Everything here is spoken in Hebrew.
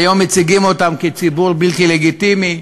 היום מציגים אותם כציבור בלתי לגיטימי,